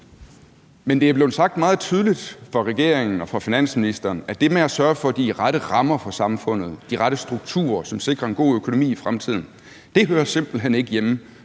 Men det er blevet sagt meget tydeligt af regeringen og af finansministeren, at det med at sørge for de rette rammer for samfundet, de rette strukturer, som sikrer en god økonomi i fremtiden, simpelt hen ikke hører